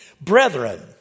Brethren